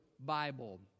Bible